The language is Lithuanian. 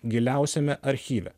giliausiame archyve